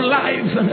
life